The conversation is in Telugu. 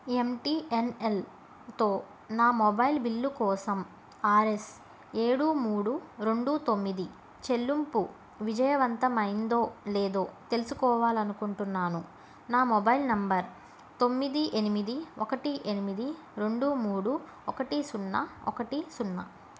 ఎమ్ టీ ఎన్ ఎల్తో నా మొబైల్ బిల్లు కోసం ఆర్ ఎస్ ఏడు మూడు రెండు తొమ్మిది చెల్లింపు విజయవంతమైందో లేదో తెలుసుకోవాలి అనుకుంటున్నాను నా మొబైల్ నెంబర్ తొమ్మిది ఎనిమిది ఒకటి ఎనిమిది రెండు మూడు ఒకటి సున్నా ఒకటి సున్నా